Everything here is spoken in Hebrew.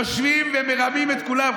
יושבים ומרמים את כולם.